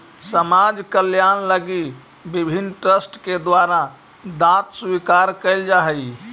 समाज कल्याण लगी विभिन्न ट्रस्ट के द्वारा दांत स्वीकार कैल जा हई